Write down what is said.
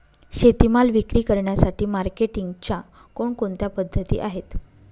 शेतीमाल विक्री करण्यासाठी मार्केटिंगच्या कोणकोणत्या पद्धती आहेत?